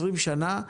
20 שנה,